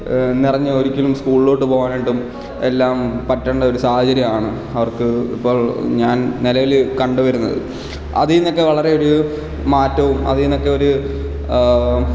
നിറഞ്ഞു ഒരിക്കലും സ്കൂളിലോട്ട് പോകാനായിട്ടും എല്ലാം പറ്റണ്ട ഒരു സാഹചര്യമാണ് അവർക്കു ഇപ്പോൾ ഞാൻ നിലവിൽ കണ്ടു വരുന്നത് അതിൽ നിന്നൊക്കെ വളരെ ഒരു മാറ്റവും അതിൽ നിന്നൊക്കെ ഒരു